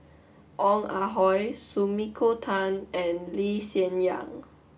Ong Ah Hoi Sumiko Tan and Lee Hsien Yang